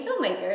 filmmakers